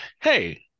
hey